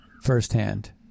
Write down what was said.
firsthand